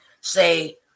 Say